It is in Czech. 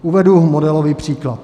Uvedu modelový příklad.